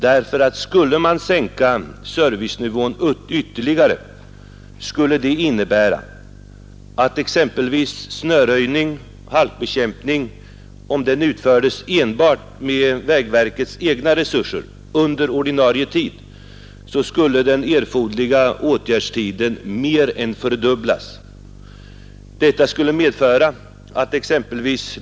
En ytterligare sänkning av servicenivån skulle nämligen innebära att om exempelvis snöröjning och halkbekämpning utfördes enbart med vägverkets egna resurser under ordinarie tid så skulle det erfordras mer än dubbelt så lång åtgärdstid.